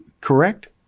correct